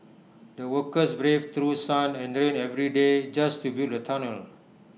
the workers braved through sun and rain every day just to build the tunnel